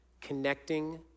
connecting